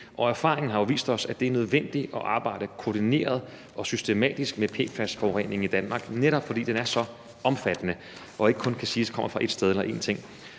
Erfaringen har jo vist os, at det er nødvendigt at arbejde koordineret og systematisk med PFAS-forurening i Danmark, netop fordi den er så omfattende og ikke kan siges kun at komme fra ét sted eller én ting.